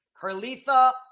Carlitha